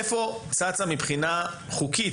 איפה צץ מבחינה חוקית,